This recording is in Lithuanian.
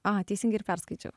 a teisingai ir perskaičiau